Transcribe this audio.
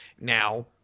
Now